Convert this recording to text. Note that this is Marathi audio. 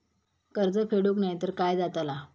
कर्ज फेडूक नाय तर काय जाताला?